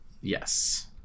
Yes